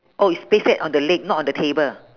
oh it's pasted on the leg not on the table